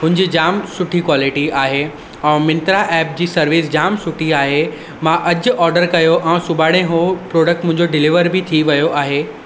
हुनजी जाम सुठी क्वालिटी आहे ऐं मिंत्रा एप जी सर्विस जाम सुठी आहे मां अॼु ऑर्डर कयो ऐं सुभाणे उहो प्रोडक्ट मुंहिंजो डिलीवर बि थी वियो आहे